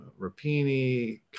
rapini